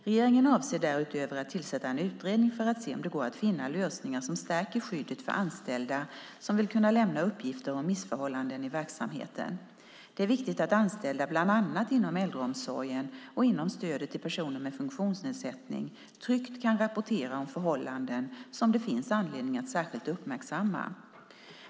Regeringen avser därutöver att tillsätta en utredning för att se om det går att finna lösningar som stärker skyddet för anställda som vill kunna lämna uppgifter om missförhållanden i verksamheten. Det är viktigt att anställda bland annat inom äldreomsorgen och inom stödet till personer med funktionsnedsättning tryggt kan rapportera om förhållanden som det finns anledning att särskilt uppmärksamma.